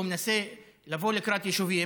או מנסה לבוא לקראת יישובים,